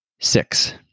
Six